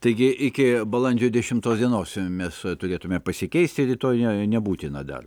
taigi iki balandžio dešimtos dienos mes turėtume pasikeisti rytoj ne nebūtina dar